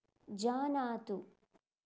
जानातु